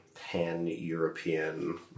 pan-european